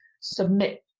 submit